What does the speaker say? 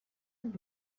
sind